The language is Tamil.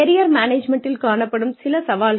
கெரியர் மேனேஜ்மன்ட்டில் காணப்படும் சில சவால்கள்